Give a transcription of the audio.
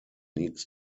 needs